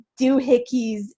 doohickeys